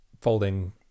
folding